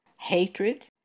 Hatred